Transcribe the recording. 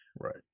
Right